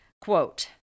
Quote